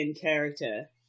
character